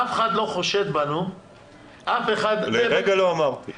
אף אחד לא חושד בנו --- לרגע לא אמרתי.